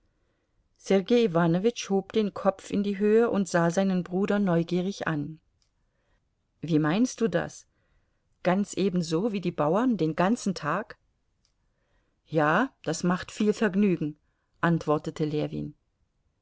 sergei iwanowitsch hob den kopf in die höhe und sah seinen bruder neugierig an wie meinst du das ganz ebenso wie die bauern den ganzen tag ja das macht viel vergnügen antwortete ljewin